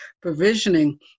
provisioning